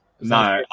No